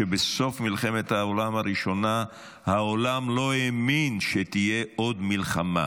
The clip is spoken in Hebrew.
ובסוף מלחמת העולם הראשונה העולם לא האמין שתהיה עוד מלחמה.